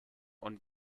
und